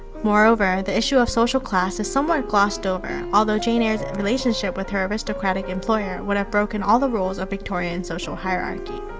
moreover, the issue of social class is somewhat glossed over, although jane eyre's relationship with her aristocratic employer would have broken all the roles of victorian social hierarchy.